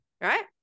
Right